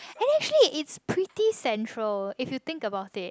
and actually it's pretty central if you think about it